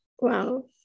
Wow